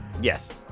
yes